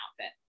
outfit